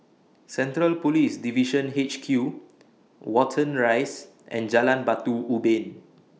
Central Police Division H Q Watten Rise and Jalan Batu Ubin